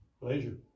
Pleasure